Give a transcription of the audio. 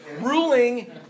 ruling